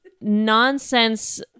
nonsense